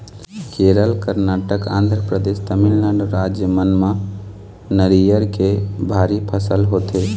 केरल, करनाटक, आंध्रपरदेस, तमिलनाडु राज मन म नरियर के भारी फसल होथे